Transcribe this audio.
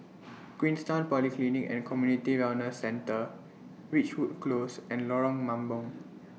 Queenstown Polyclinic and Community Wellness Centre Ridgewood Close and Lorong Mambong